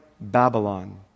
Babylon